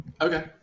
Okay